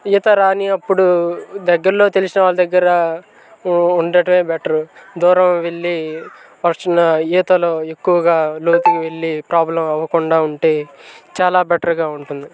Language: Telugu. ఈత రాని అప్పుడు దగ్గరలో తెలిసిన వాళ్ళ దగ్గర ఉండటమే బెటర్ దూరం వెళ్ళి వచ్చిన ఈతలో ఎక్కువగా లోతుకు వెళ్ళి ప్రాబ్లం అవ్వకుండా ఉంటే చాలా బెటర్గా ఉంటుంది